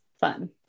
Fun